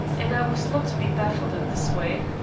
and i was not to be baffled in this way.